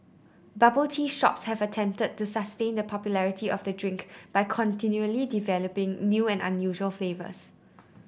bubble tea shops have attempted to sustain the popularity of the drink by continually developing new and unusual flavours